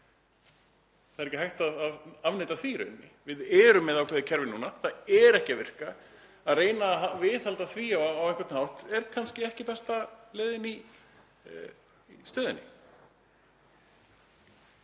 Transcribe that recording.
Það er ekki hægt að afneita því í rauninni. Við erum með ákveðið kerfi núna. Það er ekki að virka. Að reyna að viðhalda því á einhvern hátt er kannski ekki besta leiðin í stöðunni.